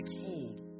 hold